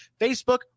Facebook